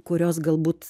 kurios galbūt